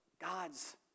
God's